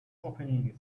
opening